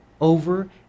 over